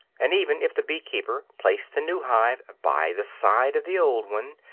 and even if the bee-keeper place the new hive by the side of the old one,